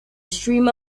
streamer